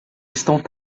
estão